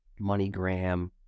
MoneyGram